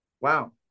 wow